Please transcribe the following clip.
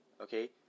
okay